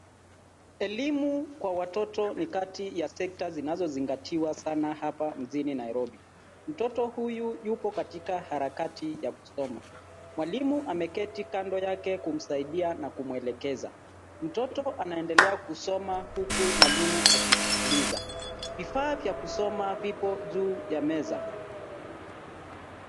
Elimu kwa watoto ni kati ya sekta zinazozingatiwa sana hapa jijini Nairobi. Mtoto huyu yupo katika harakati ya kusoma. Mwalimu ameketi kando yake kumsaidia na kumwelekeza. Mtoto anaendelea kusoma huku mwalimu akisikiliza. Vifaa vya kusoma vipo juu ya meza.